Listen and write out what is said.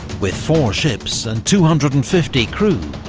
with four ships and two hundred and fifty crew,